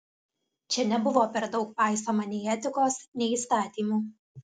čia nebuvo per daug paisoma nei etikos nei įstatymų